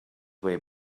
way